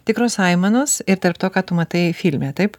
tikros aimanos ir tarp to ką tu matai filme taip